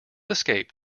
escape